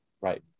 right